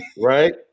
Right